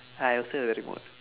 I also very bored